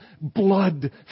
blood